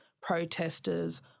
protesters